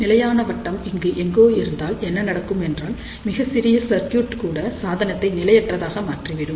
நிலையான வட்டம் இங்கு எங்கோ இருந்தால் என்ன நடக்கும் என்றால் மிகச்சிறிய சர்க்யூட் கூட சாதனத்தை நிலையற்றதாக மாற்றிவிடும்